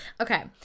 okay